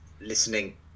listening